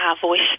voice